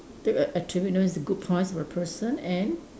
take a attribute known as a good point for a person and